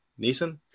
Neeson